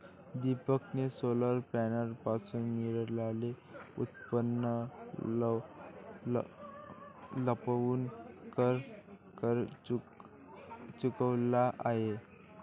दीपकने सोलर पॅनलपासून मिळणारे उत्पन्न लपवून कर चुकवला आहे